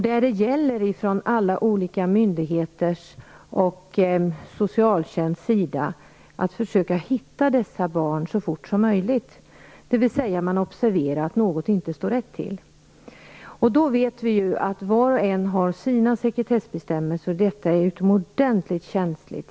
Det gäller för myndigheterna och socialtjänsten att försöka hitta dessa barn så fort som möjligt, dvs. att man observerar att något inte står rätt till. Då vet vi ju att var och en har sina sekretessbestämmelser, och detta är utomordentligt känsligt.